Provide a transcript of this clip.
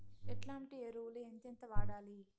ఎట్లాంటి ఎరువులు ఎంతెంత వాడాలి?